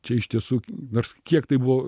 čia iš tiesų nors kiek tai buvo